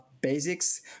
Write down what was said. basics